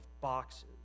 boxes